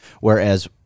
Whereas